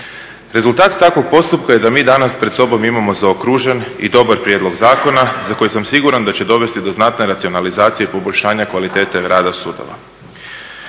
Rezultat takvog postupka je da mi danas pred sobom imamo zaokružen i dobar prijedlog zakona za koji sam siguran da će dovesti do znatne racionalizacije i poboljšanja kvalitete rada sudova.